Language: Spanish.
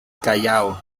callao